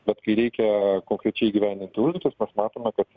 bet kai reikia konkrečiai įgyvendinti užduotis mes matome kad